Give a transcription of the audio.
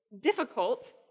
difficult